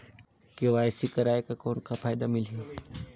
KYC कराय कर कौन का फायदा मिलही?